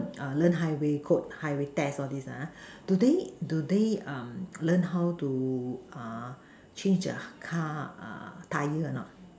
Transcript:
err learn high way code high way test all these lah ha do they do they um learn how to uh change err car uh tyre a not